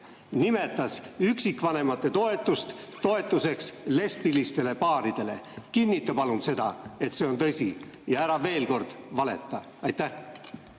nimetas üksikvanemate toetust toetuseks lesbilistele paaridele. Kinnita palun seda, et see on tõsi! Ja ära veel kord valeta. Aitäh!